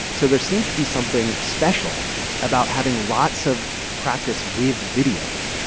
so there seems to be something special about having lots of practice with videos,